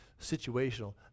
situational